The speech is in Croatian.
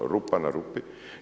Rupa na rupi.